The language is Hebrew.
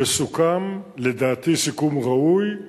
וסוכם, לדעתי סיכום ראוי,